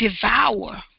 devour